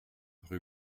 rue